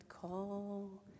call